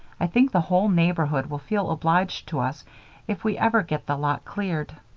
i think the whole neighborhood will feel obliged to us if we ever get the lot cleared.